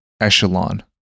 echelon